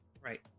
right